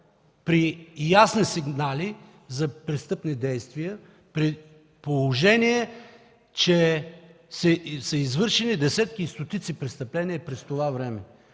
при ясни сигнали за престъпни действия, при положение че са извършени десетки и стотици престъпления през това време.